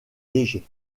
légers